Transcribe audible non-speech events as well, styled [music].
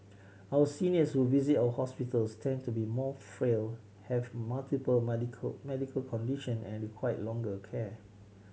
our seniors who visit our hospitals tend to be more frail have multiple [unintelligible] medical condition and require longer care